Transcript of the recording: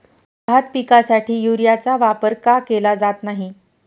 भात पिकासाठी युरियाचा वापर का केला जात नाही?